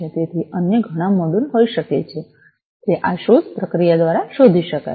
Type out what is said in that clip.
તેથી અન્ય ઘણા મોડ્યુલ હોઈ શકે છે જે આ શોધ પ્રક્રિયા દ્વારા શોધી શકાય છે